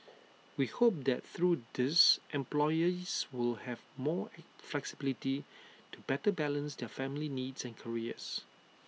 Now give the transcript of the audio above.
we hope that through these employees will have more flexibility to better balance their family needs and careers